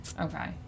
Okay